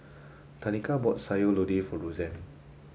Tanika bought Sayur Lodeh for Rozanne